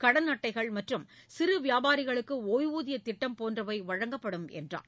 கடன் அட்டைகள் மற்றும் சிறு வியாபாரிகளுக்கு ஒய்வூதிய திட்டம் போன்றவை வழங்கப்படும் என்றார்